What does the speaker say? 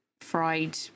fried